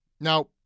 Now